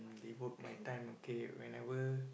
devote my time okay whenever